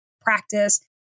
practice